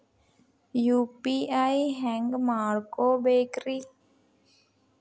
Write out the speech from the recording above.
UPI ಹ್ಯಾಂಗ ಮಾಡ್ಕೊಬೇಕ್ರಿ?